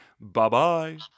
Bye-bye